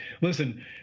Listen